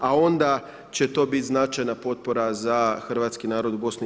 A onda će to biti značajna potpora za hrvatski narod u BIH.